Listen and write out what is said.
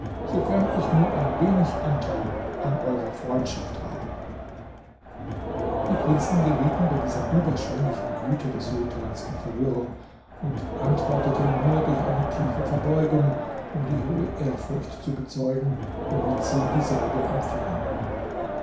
sofern ich nur ein wenig anteil an eurer freundschaft habe die prinzen gerieten bei dieser überschwenglichen güte des sultans in verwirrung und antworteten nur durch eine tiefe verbeugung um die hohe ehrfurcht zu bezeugen womit sie dieselbe empfingen